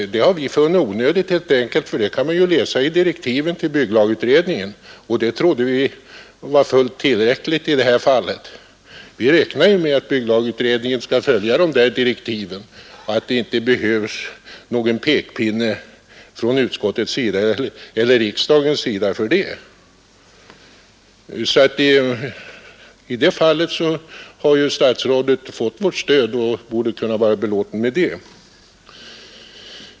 Vi reservanter har dock funnit detta onödigt, ty därom kan man ju läsa i direktiven till bygglagutredningen, och det tycker vi är fullt tillräckligt i det här fallet. Vi räknar med att bygglagutredningen skall följa direktiven och så småningom prestera ett förslag och att det därför inte behövs någon pekpinne från riksdagens sida. I det här fallet har statsrådet fått vårt stöd och borde kunna vara belåten med det.